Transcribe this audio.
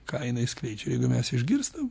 ką jinai skleidžia jeigu mes išgirstam